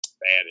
bad